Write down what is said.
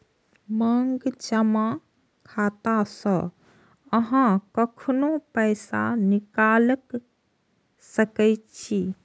मांग जमा खाता सं अहां कखनो पैसा निकालि सकै छी